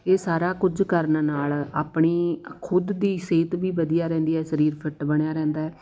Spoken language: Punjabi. ਇਹ ਸਾਰਾ ਕੁਝ ਕਰਨ ਨਾਲ ਆਪਣੀ ਖੁਦ ਦੀ ਸਿਹਤ ਵੀ ਵਧੀਆ ਰਹਿੰਦੀ ਹੈ ਸਰੀਰ ਫਿਟ ਬਣਿਆ ਰਹਿੰਦਾ